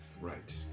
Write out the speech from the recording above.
Right